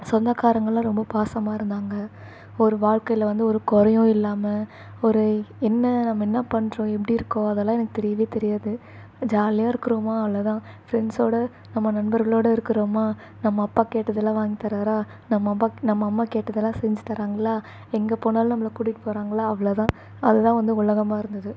சொந்தக்காரங்கள்லாம் ரொம்ப பாசமாக இருந்தாங்கள் ஒரு வாழ்க்கையில் வந்து ஒரு குறையும் இல்லாமல் ஒரு என்ன நம்ம என்ன பண்ணுறோம் எப்படி இருக்கோம் அதெல்லாம் எனக்கு தெரியவே தெரியாது ஜாலியாக இருக்கிறோமோ அவ்வளோதான் ஃப்ரெண்ட்ஸோட நம்ம நண்பர்களோட இருக்கிறோமா நம்ம அப்பா கேட்டதெல்லாம் வாங்கித்தராரா நம்ம அப்பா நம்ம அம்மா கேட்டதெல்லாம் செஞ்சித் தராங்களா எங்கே போனாலும் நம்மளை கூட்டிட்டு போகிறாங்களா அவ்வளோதான் அதுதான் வந்து உலகமாக இருந்தது